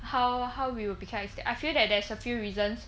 how how we will become extinct I feel that there's a few reasons